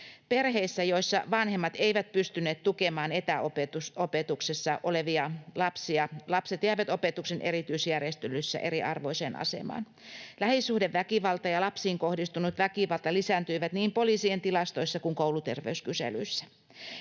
Perheissä, joissa vanhemmat eivät pystyneet tukemaan etäopetuksessa olevia lapsia, lapset jäivät opetuksen erityisjärjestelyissä eriarvoiseen asemaan. Lähisuhdeväkivalta ja lapsiin kohdistunut väkivalta lisääntyivät niin poliisien tilastoissa kuin kouluterveyskyselyissä.